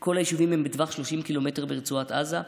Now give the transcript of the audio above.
כל היישובים הם בטווח של 30 ק"מ ברצועת עזה.